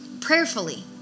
Prayerfully